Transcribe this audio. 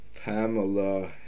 Pamela